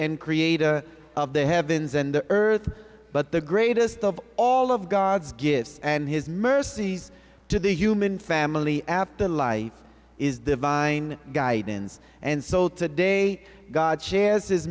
and creator of the heavens and earth but the greatest of all of god's gifts and his mercies to the human family after lie is divine guidance and soul to day god shares his